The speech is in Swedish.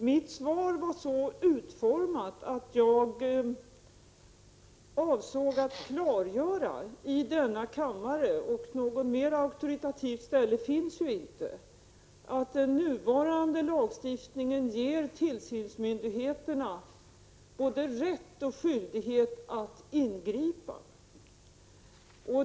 Herr talman! Jag avsåg att med svaret klargöra problemet i denna kammare, och något mera auktoritativt ställe finns det ju inte. Den nuvarande lagstiftningen ger tillsynsmyndigheterna både rätt och skyldighet att ingripa.